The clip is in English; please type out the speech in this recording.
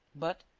but,